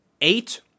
eight